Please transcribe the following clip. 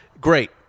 great